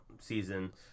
Season